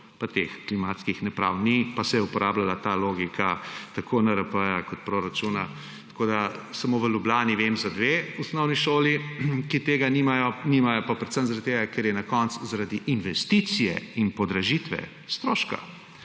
pa teh klimatskih naprav ni, pa se je uporabljala ta logika tako NRP kot proračuna. Samo v Ljubljani vem za dve osnovni šoli, ki tega nimata, in to predvsem zaradi tega, ker je na koncu zaradi investicije in podražitve stroška